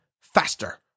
faster